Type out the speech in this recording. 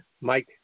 Mike